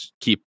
keep